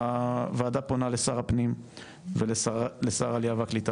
הוועדה פונה לשר הפנים ולשר העלייה והקליטה,